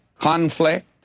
Conflict